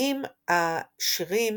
בנויים השירים